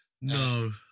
no